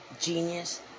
genius